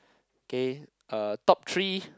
okay uh top three